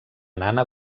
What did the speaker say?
nana